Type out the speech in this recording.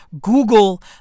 Google